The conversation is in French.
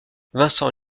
vincent